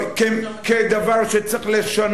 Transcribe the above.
כמה מה"כיפות ברזל"